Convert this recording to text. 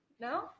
No